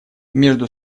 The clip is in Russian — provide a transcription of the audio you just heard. между